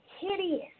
hideous